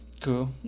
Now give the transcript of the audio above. Cool